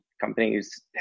companies